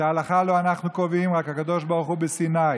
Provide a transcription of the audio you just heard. את ההלכה לא אנחנו קובעים רק הקדוש ברוך הוא בסיני,